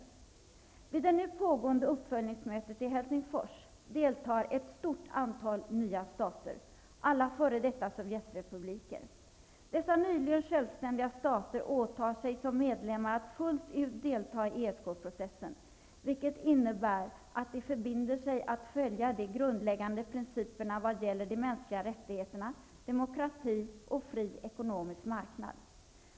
Vid det nu pågående uppföljningsmötet i Helsingfors deltar ett stort antal nya stater -- alla f.d. sovjetrepubliker. Dessa nyligen självständiga stater åtar sig som medlemmar att fullt ut delta i ESK-processen, vilket innebär att de förbinder sig att följa de grundläggande principerna vad gäller de mänskliga rättigheterna, demokrati och fri ekonomisk marknad.